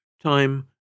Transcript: Time